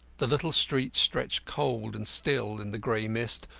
the little street stretched cold and still in the grey mist,